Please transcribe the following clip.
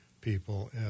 people